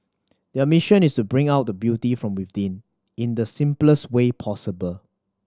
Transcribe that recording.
their mission is to bring out the beauty from within in the simplest way possible